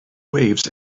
waves